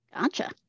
Gotcha